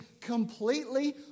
completely